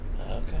Okay